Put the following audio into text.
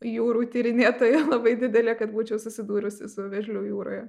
jūrų tyrinėtoja labai didelė kad būčiau susidūrusi su vėžliu jūroje